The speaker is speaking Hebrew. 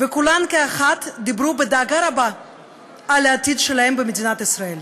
וכולן כאחת דיברו בדאגה רבה על העתיד שלהן במדינת ישראל.